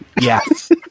Yes